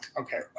okay